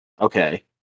Okay